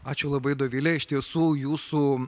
ačiū labai dovile iš tiesų jūsų